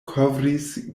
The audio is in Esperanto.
kovris